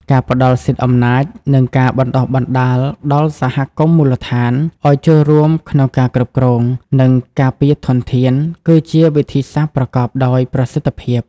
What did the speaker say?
ការផ្តល់សិទ្ធិអំណាច និងការបណ្តុះបណ្តាលដល់សហគមន៍មូលដ្ឋានឱ្យចូលរួមក្នុងការគ្រប់គ្រង និងការពារធនធាន គឺជាវិធីសាស្ត្រប្រកបដោយប្រសិទ្ធភាព។